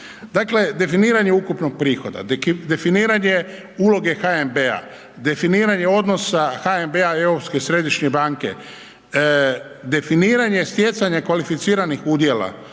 dakle, definiranje ukupnog prihoda, definiranje uloge HNB-a, definiranje odnosa HNB-a i Europske središnje banke, definiranje stjecanja kvalificiranih udjela,